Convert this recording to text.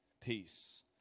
Peace